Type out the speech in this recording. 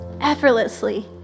effortlessly